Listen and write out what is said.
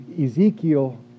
Ezekiel